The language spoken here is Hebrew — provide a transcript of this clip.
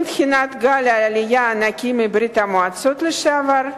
עם תחילת גל העלייה הענק מברית-המועצות לשעבר,